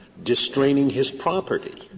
distraining his property.